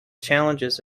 challenges